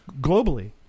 globally